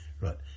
Right